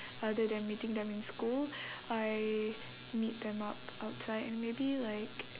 other than meeting them in school I meet them up outside and maybe like